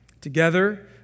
together